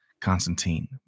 Constantine